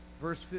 verse